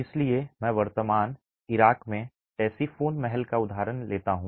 इसलिए मैं वर्तमान इराक में Ctesiphon महल का उदाहरण लेता हूं